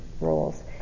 roles